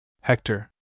Hector